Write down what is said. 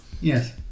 Yes